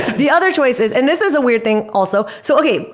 the other choice is and this is a weird thing also. so okay.